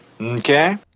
Okay